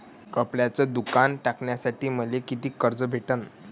कपड्याचं दुकान टाकासाठी मले कितीक कर्ज भेटन?